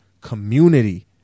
community